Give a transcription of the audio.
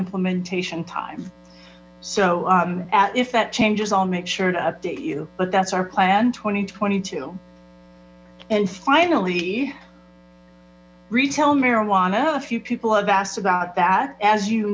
implementation time so if that changes i'll make sure to update you but that's our plan twenty twenty two and finally retail marijuana few people have asked about that as you